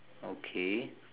okay